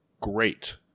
great